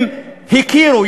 הם הכירו,